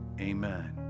amen